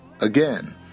again